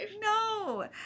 No